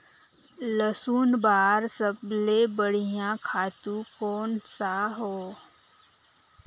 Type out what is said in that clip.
लसुन बार सबले बढ़िया खातु कोन सा हो?